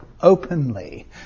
openly